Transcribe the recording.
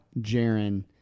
Jaron